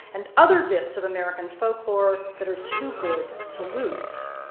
and other bits of american folklore that are too good to lose.